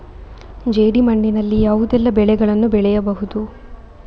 ಜೇಡಿ ಮಣ್ಣಿನಲ್ಲಿ ಯಾವುದೆಲ್ಲ ಬೆಳೆಗಳನ್ನು ಬೆಳೆಯಬಹುದು?